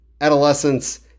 adolescence